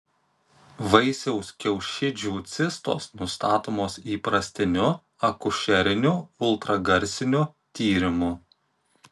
vaisiaus kiaušidžių cistos nustatomos įprastiniu akušeriniu ultragarsiniu tyrimu